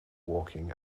walking